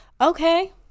Okay